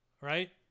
Right